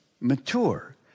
mature